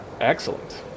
excellent